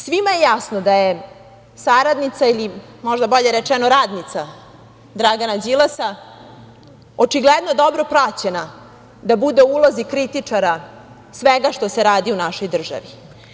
Svima jasno da je saradnica ili možda bolje rečeno radnica, Dragana Đilasa, očigledno dobro plaćena da bude u ulozi kritičara svega što se radi u našoj državi.